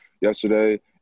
yesterday